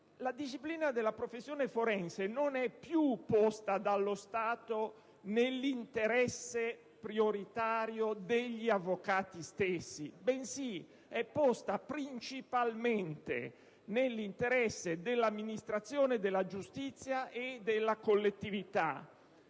la disciplina della professione forense non è più posta dallo Stato nell'interesse prioritario degli avvocati, bensì è posta principalmente nell'interesse dell'amministrazione della giustizia e della collettività.